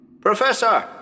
Professor